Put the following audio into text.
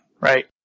right